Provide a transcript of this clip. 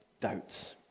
doubts